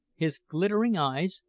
his glittering eyes,